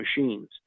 machines